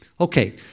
Okay